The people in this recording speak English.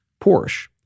Porsche